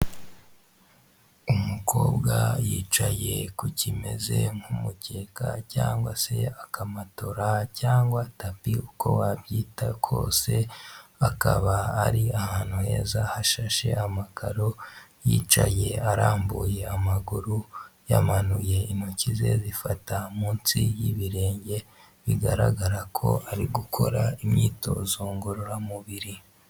Umukobwa yicaye ku kimeze nk'umukeka cyangwa se akamatora cyangwa tapi uko wabyita kose, akaba ari ahantu heza hashashe amakaro. Yicaye arambuye amaguru, yamanuye intoki ze zifata munsi y'ibirenge. Bigaragara ko ari gukora imyitozo ngororamubiri.